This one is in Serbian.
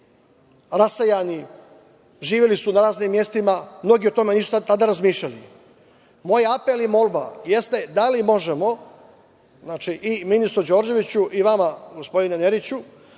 rasejani, živeli su u raznim mestima. Mnogi o tome nisu tada razmišljali. Moj apel i molba jeste da li možemo, znači i ministru Đorđeviću i vama gospodine Neriću,